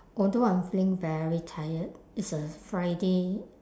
although I'm feeling very tired it's a friday